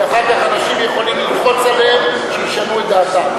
כי אחר כך אנשים יכולים ללחוץ עליהם שישנו את דעתם.